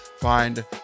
find